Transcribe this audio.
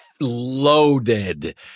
loaded